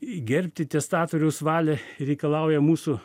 gerbti testatoriaus valią reikalauja mūsų